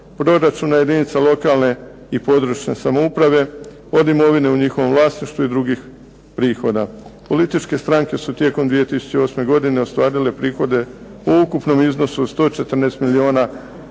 proračuna jedinica lokalne i područne samouprave, od imovine u njihovom vlasništvu i drugih prihoda. Političke stranke su tijekom 2008. godine ostvarile prihode u ukupnom iznosu od 114 milijuna